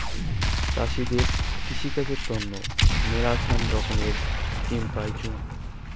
চাষীদের কৃষিকাজের তন্ন মেলাছান রকমের স্কিম পাইচুঙ